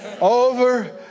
over